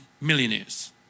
millionaires